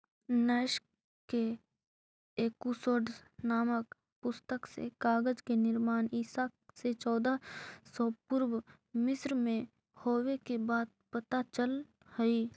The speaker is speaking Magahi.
नैश के एकूसोड्स् नामक पुस्तक से कागज के निर्माण ईसा से चौदह सौ वर्ष पूर्व मिस्र में होवे के बात पता चलऽ हई